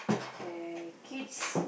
eh kids